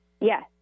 Yes